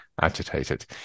agitated